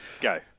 Go